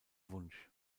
wunsch